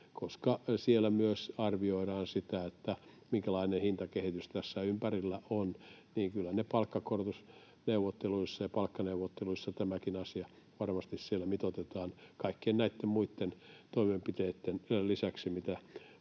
koska siellä arvioidaan myös sitä, minkälainen hintakehitys tässä ympärillä on, niin kyllä palkankorotusneuvotteluissa ja palkkaneuvotteluissa tämäkin asia varmasti siellä mitoitetaan kaikkien näitten muitten toimenpiteitten lisäksi,